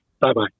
Bye-bye